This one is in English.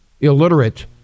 illiterate